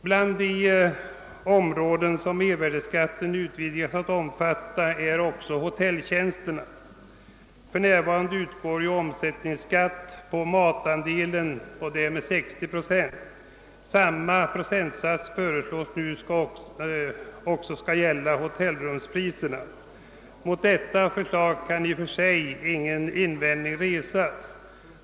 Bland de områden som mervärdeskatten utvidgas att omfatta är hotelltjänsterna. För närvarande utgår omsättningsskatt på matandelen med 60 procent. Samma procentsats föreslås gälla priserna på hotellrum. Mot detta förslag kan i och för sig ingen invändning resas.